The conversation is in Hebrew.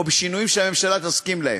או בשינויים שהממשלה תסכים להם.